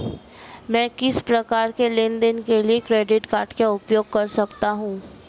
मैं किस प्रकार के लेनदेन के लिए क्रेडिट कार्ड का उपयोग कर सकता हूं?